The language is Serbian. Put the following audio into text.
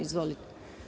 Izvolite.